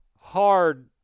hard